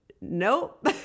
Nope